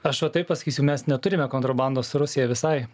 aš va taip pasakysiu mes neturime kontrabandos su rusija visai